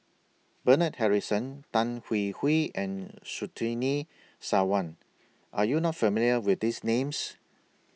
Bernard Harrison Tan Hwee Hwee and Surtini Sarwan Are YOU not familiar with These Names